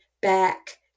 back